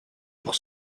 pour